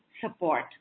support